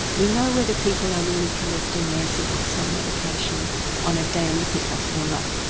we know whether people are really collecting their suboxone medication on a daily pick-up or not.